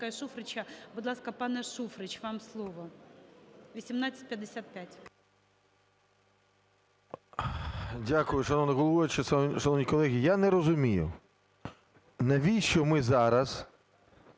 головуюча, шановні колеги, я не розумію, навіщо ми зараз